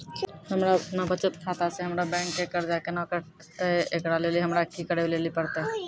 हमरा आपनौ बचत खाता से हमरौ बैंक के कर्जा केना कटतै ऐकरा लेली हमरा कि करै लेली परतै?